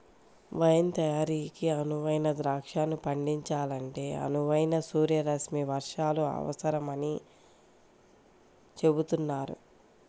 wine తయారీకి అనువైన ద్రాక్షను పండించాలంటే అనువైన సూర్యరశ్మి వర్షాలు అవసరమని చెబుతున్నారు